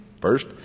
First